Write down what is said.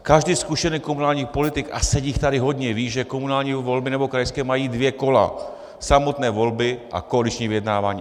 Každý zkušený komunální politik, a sedí jich tady hodně, ví, že komunální volby nebo krajské mají dvě kola samotné volby a koaliční vyjednávání.